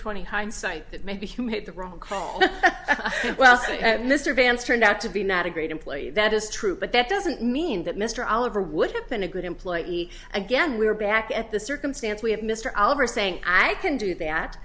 twenty hindsight that maybe he made the wrong call well mr vance turned out to be not a great employee that is true but that doesn't mean that mr oliver would have been a good employee again we're back at the circumstance we have mr oliver saying i can do that